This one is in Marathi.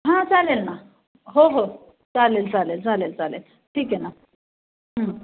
हां चालेल ना हो हो चालेल चालेल चालेल चालेल ठीक आहे ना